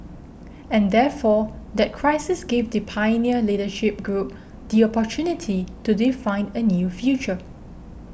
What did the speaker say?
and therefore that crisis gave the pioneer leadership group the opportunity to define a new future